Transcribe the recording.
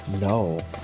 No